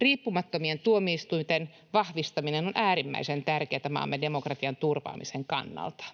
Riippumattomien tuomioistuinten vahvistaminen on äärimmäisen tärkeätä maamme demokratian turvaamisen kannalta.